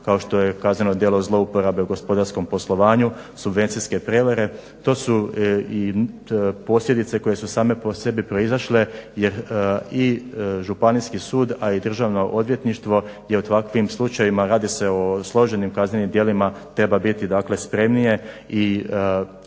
kao što je kazneno djelo zlouporabe u gospodarskom poslovanju, subvencijske prevare. To su posljedice koje su same po sebi proizašle jer i županijski sud a i Državno odvjetništvo je u ovakvim slučajevima radi se o složenim kaznenim djelima, treba biti spremnije i